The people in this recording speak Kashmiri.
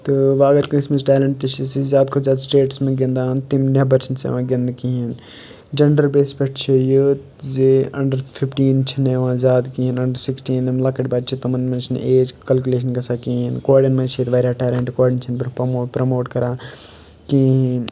تہٕ وٕ اگر کٲنٛسہِ مَنٛز ٹیلَنٛٹ تہِ چھِ سُہ زیادٕ کھۄتہٕ زیادٕ سِٹیٹَس منٛز گِنٛدان تِم نٮ۪بَر چھِنہٕ سُہ یِوان گِنٛدنہٕ کِہیٖنۍ جَنڈَر بیسہِ پٮ۪ٹھ چھِ یہِ زِ اَنڈَر فِفٹیٖن چھِنہٕ یِوان زیادٕ کِہیٖنۍ اَنڈَر سِکِسٹیٖن یِم لۄکٕٹۍ بَچہِ تِمَن منٛز چھِنہٕ ایج کَلکُلیشَن گژھان کِہیٖنۍ کورٮ۪ن منٛز چھِ ییٚتہِ واریاہ ٹیلَنٛٹ کورٮ۪ن چھِنہٕ پموٹ پرٛموٹ کَران کِہیٖنۍ